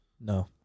No